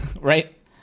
right